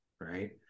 right